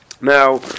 Now